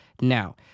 now